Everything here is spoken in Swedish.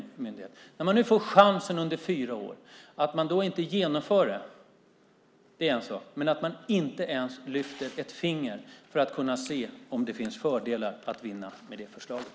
Hur kommer det sig då att ni gör så här när ni nu får chansen under fyra år? Att ni inte genomför det är en sak, men ni lyfter inte ens ett finger för att se om det finns fördelar att vinna med det förslaget.